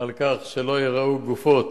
על כך שלא ייראו גופות